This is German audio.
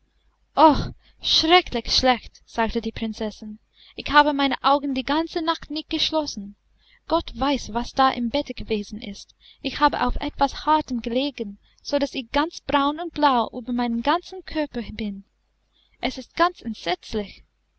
schrecklich schlecht sagte die prinzessin ich habe meine augen die ganze nacht nicht geschlossen gott weiß was da im bette gewesen ist ich habe auf etwas hartem gelegen sodaß ich ganz braun und blau über meinem ganzen körper bin es ist ganz entsetzlich